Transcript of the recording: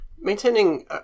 maintaining